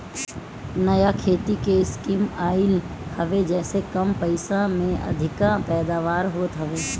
नया खेती के स्कीम आइल हवे जेसे कम पइसा में अधिका पैदावार होत हवे